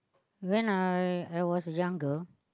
when I I was younger